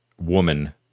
woman